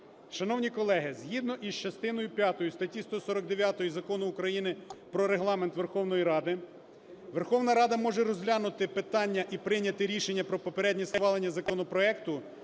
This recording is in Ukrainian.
Шановні колеги, згідно із частиною п'ятою статті 149 Закону України про Регламент Верховної Ради Верховна Рада може розглянути питання і прийняти рішення про попереднє схвалення законопроекту